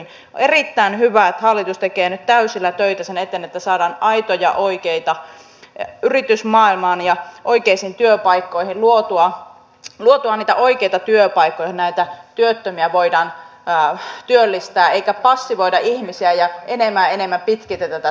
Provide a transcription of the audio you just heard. on erittäin hyvä että hallitus tekee nyt täysillä töitä sen eteen että saadaan yritysmaailmaan luotua niitä oikeita työpaikkoja joihin näitä työttömiä voidaan työllistää eikä passivoida ihmisiä ja enemmän ja enemmän pitkitetä työttömyyttä